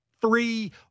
three